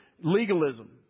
legalism